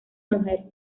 mujer